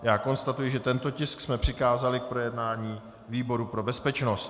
Já konstatuji, že tento tisk jsme přikázali k projednání výboru pro bezpečnost.